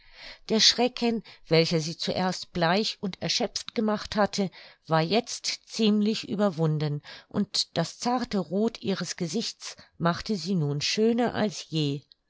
der schrecken welcher sie zuerst bleich und erschöpft gemacht hatte war jetzt ziemlich überwunden und das zarte roth ihres gesichts machte sie nun schöner als je